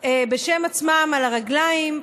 בשם עצמן על הרגליים,